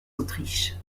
autriche